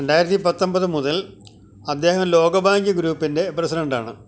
രണ്ടായിരത്തി പത്തൊൻപത് മുതൽ അദ്ദേഹം ലോകബാങ്ക് ഗ്രൂപ്പിന്റെ പ്രസിഡന്റാണ്